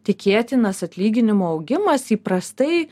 tikėtinas atlyginimų augimas įprastai